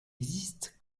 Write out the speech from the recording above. existent